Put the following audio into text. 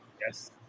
yes